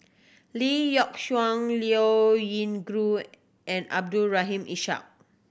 Lee Yock Suan Liao Yingru and Abdul Rahim Ishak